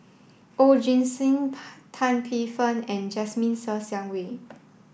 Oon Jin Gee Tan Paey Fern and Jasmine Ser Xiang Wei